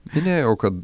minėjau kad